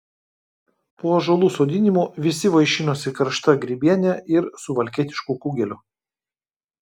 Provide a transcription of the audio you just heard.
po ąžuolų sodinimo visi vaišinosi karšta grybiene ir suvalkietišku kugeliu